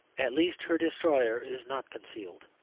at least her destroyer is not concealed.